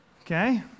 okay